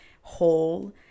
whole